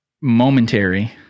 momentary